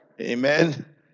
Amen